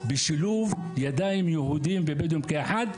בשילוב ידיים של יהודים ובדואים כאחד,